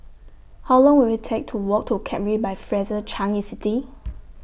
How Long Will IT Take to Walk to Capri By Fraser Changi City